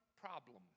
problem